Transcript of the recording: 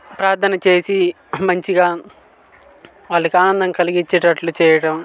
ప్రార్ధన చేసి మంచిగా వాళ్ళకి ఆనందం కలిగిచ్చేటట్లు చేయటం